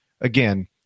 again